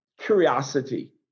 curiosity